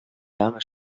jahre